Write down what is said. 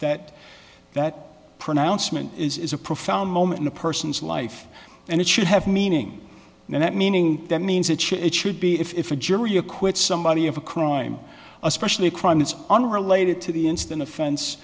that that pronouncement is a profound moment in a person's life and it should have meaning and that meaning that means that it should be if a jury acquits somebody of a crime especially a crime that's unrelated to the instant offense